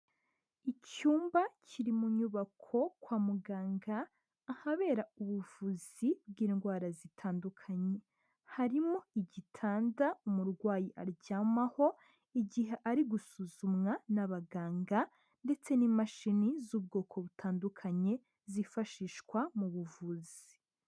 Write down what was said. Icyumba kiri mu nyubako kwa muganga, ahabera ubuvuzi bw'indwara zitandukanye. Harimo igitanda umurwayi aryamaho igihe ari gusuzumwa n'abaganga, ndetse n'imashini z'ubwoko butandukanye zifashishwa mu buvuzi.